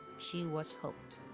she was hooked.